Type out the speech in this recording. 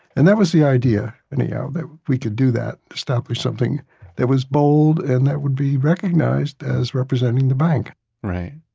and that was the idea anyhow, that we could do that, establish something that was bold and that would be recognized as representing the bank right.